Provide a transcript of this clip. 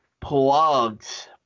plugs